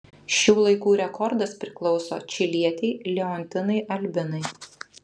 šių laikų rekordas priklauso čilietei leontinai albinai